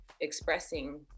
expressing